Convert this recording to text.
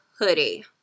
hoodie